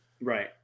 Right